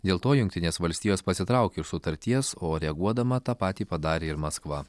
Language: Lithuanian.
dėl to jungtinės valstijos pasitraukė iš sutarties o reaguodama tą patį padarė ir maskva